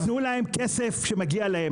שייתנו להם כסף שמגיע להם.